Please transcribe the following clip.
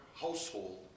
household